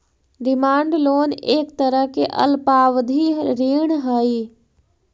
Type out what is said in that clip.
demand loan एक तरह के अल्पावधि ऋण हइ